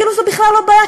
כאילו זאת בכלל לא בעיה,